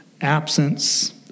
absence